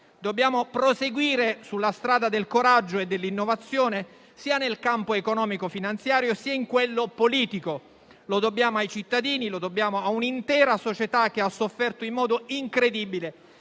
Dobbiamo proseguire sulla strada del coraggio e dell'innovazione, sia nel campo economico e finanziario, sia in quello politico. Lo dobbiamo ai cittadini, lo dobbiamo a un'intera società che ha sofferto in modo incredibile